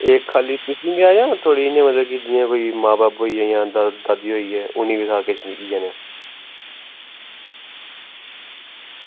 एह् खा'ल्ली तुसें लैना जियां मतलब कोई मां बब्ब होई गे जां दादी होई गे उ'नें बी अग्गें किश इ'यै नेहा